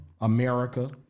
America